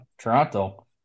Toronto